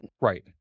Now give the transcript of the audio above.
right